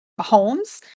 homes